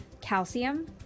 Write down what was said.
calcium